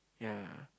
ya